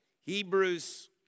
Hebrews